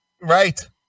Right